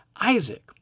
Isaac